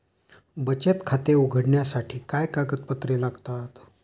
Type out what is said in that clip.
बचत खाते उघडण्यासाठी काय कागदपत्रे लागतात?